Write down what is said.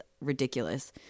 Ridiculous